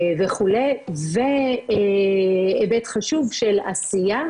זה היבט חשוב של עשייה,